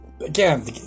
Again